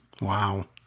Wow